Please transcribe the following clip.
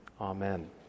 Amen